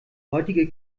heutige